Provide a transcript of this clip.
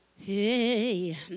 Hey